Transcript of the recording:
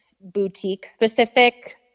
boutique-specific